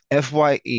FYE